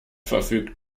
verfügt